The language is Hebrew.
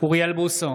אוריאל בוסו,